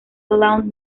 lawn